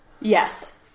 Yes